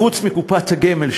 חוץ מקופת הגמל,